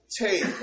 take